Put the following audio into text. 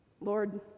Lord